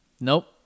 Nope